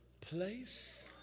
place